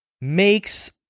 makes